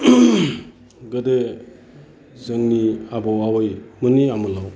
गोदो जोंनि आबौ आबैमोननि आमोलाव